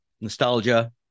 nostalgia